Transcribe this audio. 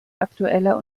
aktueller